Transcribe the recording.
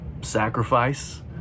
sacrifice